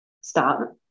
stop